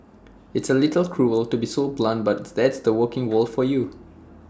it's A little cruel to be so blunt but that's the working world for you